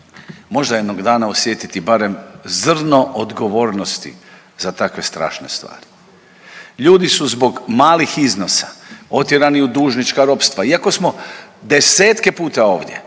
možda jednog dana osjetiti barem zrno odgovornosti za takve strašne stvari? Ljudi su zbog malih iznosa otjerani u dužnička ropstva, iako smo desetke puta ovdje